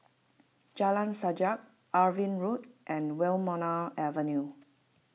Jalan Sajak Irving Road and Wilmonar Avenue